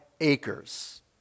acres